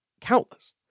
countless